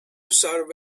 serve